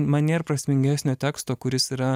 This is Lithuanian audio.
man nėr prasmingesnio teksto kuris yra